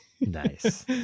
Nice